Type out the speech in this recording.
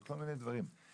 על כל מיני דברים,